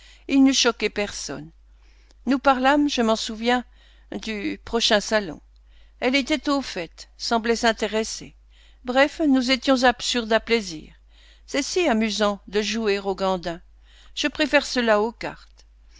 il n'y eût choqué personne nous parlâmes je m'en souviens du prochain salon elle était au fait semblait s'intéresser bref nous étions absurdes à plaisir c'est si amusant de jouer au gandin je préfère cela aux cartes